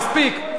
מספיק.